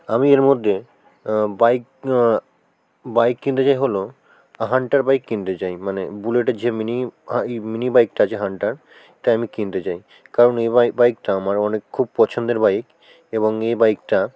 আমি এর মধ্যে বাইক বাইক কিনতে চাই হল হান্টার বাইক কিনতে চাই মানে বুলেটের যে মিনি ই মিনি বাইকটা যে হান্টার তাই আমি কিনতে চাই কারণ এই বাইকটা আমার অনেক খুব পছন্দের বাইক এবং এই বাইকটা